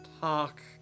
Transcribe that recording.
talk